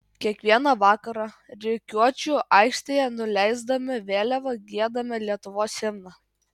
kiekvieną vakarą rikiuočių aikštėje nuleisdami vėliavą giedame lietuvos himną